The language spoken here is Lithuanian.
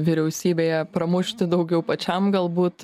vyriausybėje pramušti daugiau pačiam galbūt